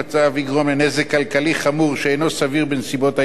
כלכלי חמור שאינו סביר בנסיבות העניין לבעל המקום.